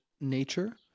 nature